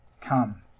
come